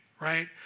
right